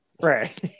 Right